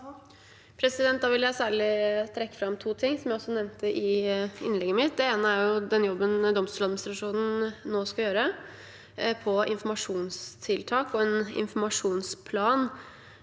Da vil jeg særlig trekke fram to ting som jeg også nevnte i innlegget mitt. Det ene er den jobben Domstoladministrasjonen nå skal gjøre når det gjelder informasjonstiltak og en kommunikasjonsplan